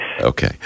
Okay